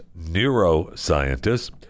neuroscientists